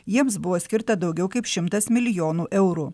jiems buvo skirta daugiau kaip šimtas milijonų eurų